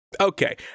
Okay